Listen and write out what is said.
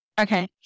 Okay